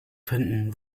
finden